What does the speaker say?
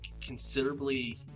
considerably